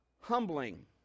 humbling